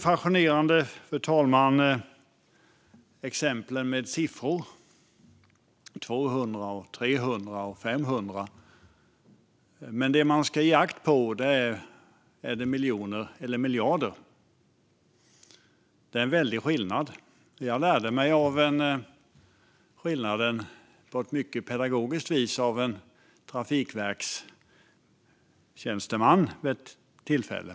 Exemplen med siffror är också fascinerande - 200, 300, 500 och så vidare - men det man ska ge akt på är om det är miljoner eller miljarder som det handlar om. Det är en väldig skillnad. Jag fick lära mig om skillnaden på ett mycket pedagogiskt vis av en trafikverkstjänsteman vid ett tillfälle.